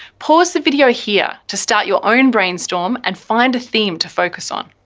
pause the video here to start your own brainstorm and find a theme to focus on.